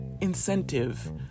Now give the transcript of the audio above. incentive